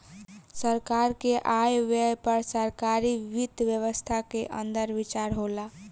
सरकार के आय व्यय पर सरकारी वित्त व्यवस्था के अंदर विचार होला